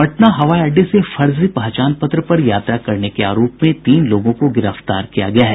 पटना हवाई अड्डे से फर्जी पहचान पत्र पर यात्रा करने के आरोप में तीन लोगों को गिरफ्तार किया गया है